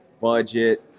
budget